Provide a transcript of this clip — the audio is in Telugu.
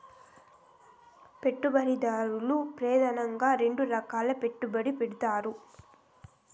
పెట్టుబడిదారులు ప్రెదానంగా రెండు రకాలుగా పెట్టుబడి పెడతారు